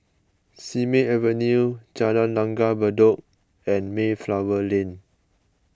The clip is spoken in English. Simei Avenue Jalan Langgar Bedok and Mayflower Lane